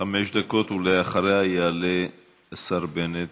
חמש דקות, ואחריה יעלה השר בנט.